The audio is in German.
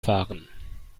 fahren